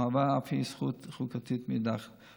המהווה אף היא זכות חוקתית, מאידך גיסא.